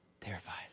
Terrified